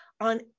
on